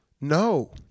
No